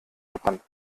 verbrannt